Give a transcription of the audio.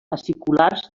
aciculars